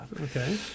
Okay